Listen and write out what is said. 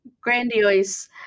grandiose